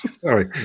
Sorry